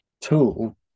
tool